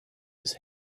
his